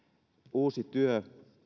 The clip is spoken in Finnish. uusi työ